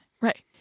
right